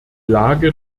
lage